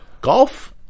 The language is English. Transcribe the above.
Golf